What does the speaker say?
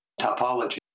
topology